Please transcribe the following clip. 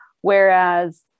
Whereas